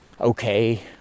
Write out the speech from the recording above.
okay